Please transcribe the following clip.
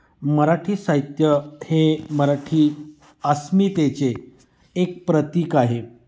मराठी साहित्य हे मराठी अस्मितेचे एक प्रतीक आहे